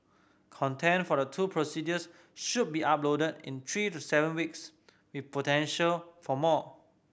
content for the two procedures should be uploaded in three to seven weeks with potential for more